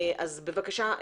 בבקשה,